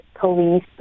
police